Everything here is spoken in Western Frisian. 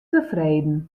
tefreden